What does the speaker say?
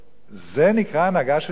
זה נקרא הנהגה של מדינה?